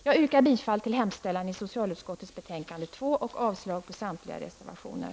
Jag yrkar bifall till hemställan i socialutskottets betänkande 2 och avslag på samtliga reservationer.